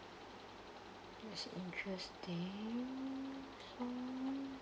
that's interesting